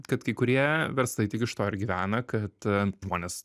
kad kai kurie verslai tik iš to ir gyvena kad žmonės